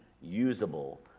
usable